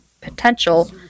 potential